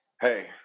hey